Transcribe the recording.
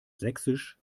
sächsisch